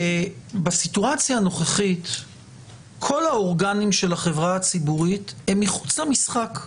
בסיטואציה הנוכחית כל האורגנים של החברה הציבורית הם מחוץ למשחק,